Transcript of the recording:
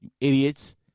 idiots